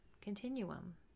continuum